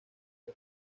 que